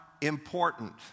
important